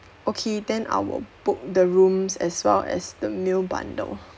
okay then I will book the rooms as well as the meal bundle